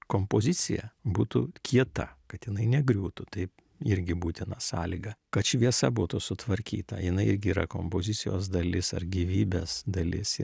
kompozicija būtų kieta kad jinai negriūtų taip irgi būtina sąlyga kad šviesa būtų sutvarkyta jinai irgi yra kompozicijos dalis ar gyvybės dalis